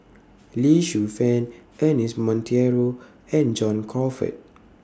Lee Shu Fen Ernest Monteiro and John Crawfurd